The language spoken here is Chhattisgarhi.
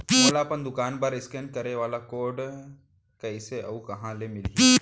मोला अपन दुकान बर इसकेन करे वाले कोड कइसे अऊ कहाँ ले मिलही?